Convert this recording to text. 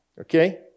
Okay